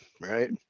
right